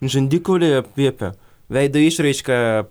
žandikauliai atvėpę veido išraiška